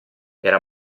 era